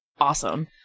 awesome